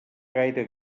gaire